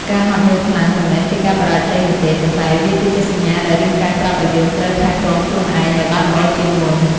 ការហត់នឿយខ្លាំង មិនមែនជាការបរាជ័យនោះទេ ប៉ុន្តែវាគឺជាសញ្ញាដែលរាងកាយប្រាប់ឱ្យយើងត្រូវថែទាំខ្លួនឯងឱ្យបានល្អជាងមុន។